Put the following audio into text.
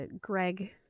Greg